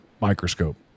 microscope